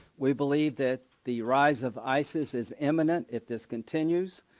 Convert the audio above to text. we believe that the rise of isis is imminent if this continues.